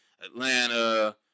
Atlanta